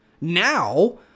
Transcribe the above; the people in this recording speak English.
Now